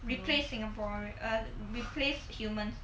replaced singapore err replace humans